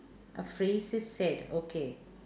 a phrase is said okay